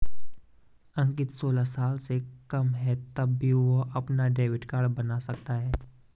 अंकित सोलह साल से कम है तब भी वह अपना डेबिट कार्ड बनवा सकता है